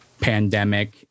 pandemic